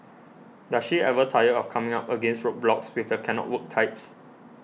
does she ever tire of coming up against roadblocks with the cannot work types